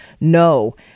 no